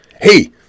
Hey